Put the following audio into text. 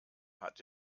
hat